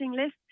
list